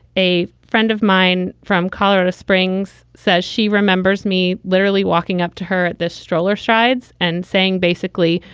a friend of mine from colorado springs says she remembers me literally walking up to her. this stroller strides and saying, basically,